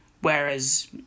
Whereas